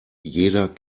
jeder